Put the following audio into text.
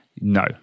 No